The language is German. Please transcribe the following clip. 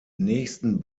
nächsten